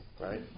right